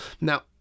now